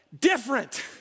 different